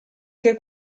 che